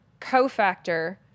cofactor